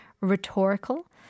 rhetorical